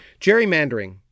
gerrymandering